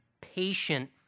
patient